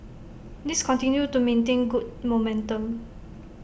these continue to maintain good momentum